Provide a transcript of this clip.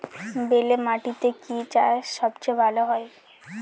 বেলে মাটিতে কি চাষ সবচেয়ে ভালো হয়?